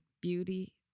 beauty